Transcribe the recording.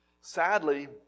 Sadly